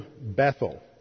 Bethel